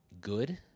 good